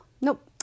Nope